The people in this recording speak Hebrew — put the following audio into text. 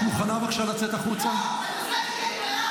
אני מבקש ממך לצאת החוצה עד ההצבעה.